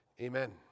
Amen